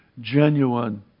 genuine